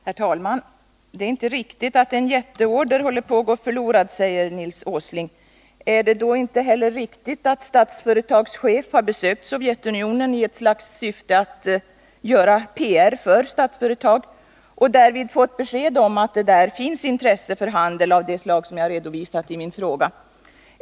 Herr talman! Det är inte riktigt att en jätteorder håller på att gå förlorad, säger Nils Åsling. Är det då inte heller riktigt att Statsföretags chef har besökt Sovjetunionen i syfte att göra PR för Statsföretag och därvid fått besked om att det där finns intresse för handel av det slag som jag redovisat i min fråga?